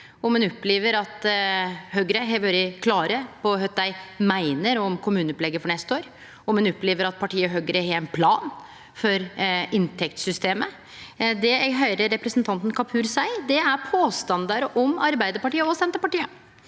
om ein opplever at ein i Høgre har vore klar på kva ein meiner om kommuneopplegget for neste år, og om ein opplever at partiet Høgre har ein plan for inntektssystemet. Det eg høyrer frå representanten Kapur, er påstandar om Arbeidarpartiet og Senterpartiet.